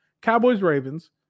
Cowboys-Ravens